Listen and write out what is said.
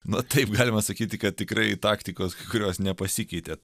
nu taip galima sakyti kad tikrai taktikos kai kurios nepasikeitė